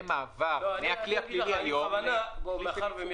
מעבר מהכלי הפלילי היום לכלי של עיצומים.